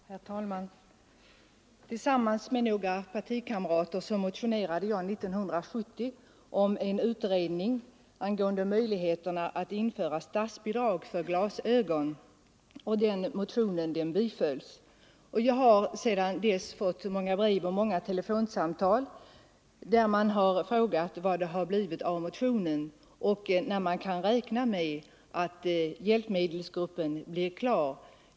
Herr talman! Tillsammans med några partikamrater motionerade jag 1970 om en utredning angående möjligheterna att införa statsbidrag till glasögon, och den motionen bifölls. Jag har sedan dess fått många brev och telefonsamtal där man har frågat vad det har blivit av motionen och när man kan räkna med att hjälpmedelsgruppen blir klar med sitt utredningsuppdrag.